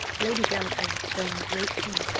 lady delacour, though in great pain,